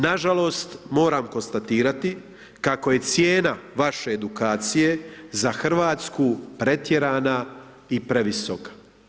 Nažalost, moram konstatirati kako je cijena vaše edukacije za RH pretjerana i previsoka.